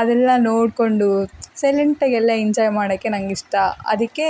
ಅದೆಲ್ಲ ನೋಡಿಕೊಂಡು ಸೈಲೆಂಟಾಗಿ ಎಲ್ಲ ಎಂಜಾಯ್ ಮಾಡೋಕೆ ನನಗ್ ಇಷ್ಟ ಅದಕ್ಕೆ